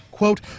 quote